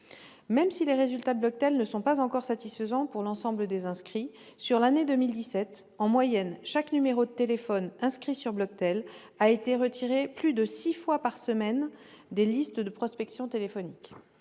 Même si ses résultats ne sont pas encore satisfaisants pour l'ensemble des inscrits, sur l'année 2017, en moyenne, chaque numéro de téléphone inscrit sur le registre Bloctel a été retiré plus de six fois par semaine des listes de prospection téléphonique.